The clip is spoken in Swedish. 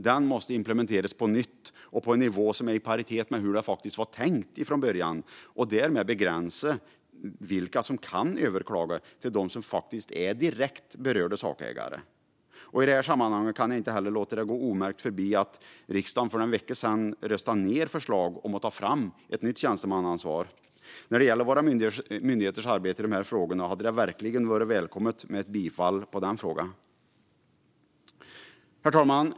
Den måste implementeras på nytt och på en nivå som är i paritet med hur det faktiskt var tänkt från början och därmed begränsa vilka som kan överklaga till personer som faktiskt är direkt berörda sakägare. I det här sammanhanget kan jag inte låta det gå obemärkt förbi att riksdagen för någon vecka sedan röstade ned ett förslag om att ta fram ett nytt tjänstemannaansvar. När det gäller våra myndigheters arbete i dessa frågor hade det verkligen varit välkommet med ett bifall till detta. Herr talman!